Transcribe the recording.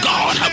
God